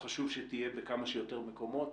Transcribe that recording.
וחשוב שתהיה בכמה שיותר מקומות,